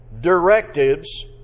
directives